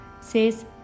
says